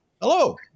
Hello